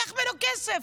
לקח ממנו כסף.